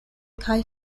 kaj